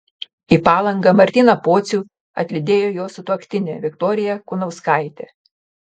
į palangą martyną pocių atlydėjo jo sutuoktinė viktorija kunauskaitė